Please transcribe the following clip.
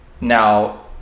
now